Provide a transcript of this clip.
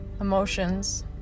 Emotions